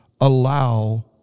allow